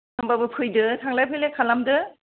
होमबाबो फैदो थांलाय फैलाय खालामदो